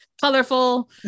Colorful